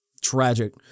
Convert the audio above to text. tragic